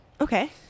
Okay